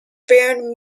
baron